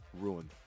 Ruined